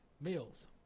meals